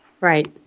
right